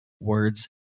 words